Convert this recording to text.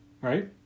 Right